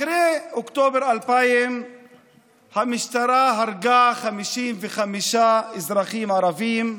אחרי אוקטובר 2000 המשטרה הרגה 55 אזרחים ערבים,